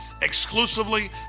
exclusively